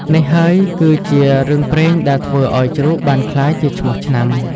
នេះហើយគឺជារឿងព្រេងដែលធ្វើឱ្យជ្រូកបានក្លាយជាឈ្មោះឆ្នាំ។